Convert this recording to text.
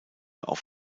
auf